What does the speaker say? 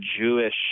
Jewish